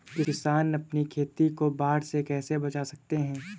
किसान अपनी खेती को बाढ़ से कैसे बचा सकते हैं?